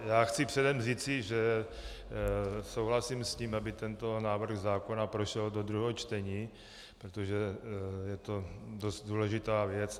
Já chci předem říci, že souhlasím s tím, aby tento návrh zákona prošel do druhého čtení, protože je to dost důležitá věc.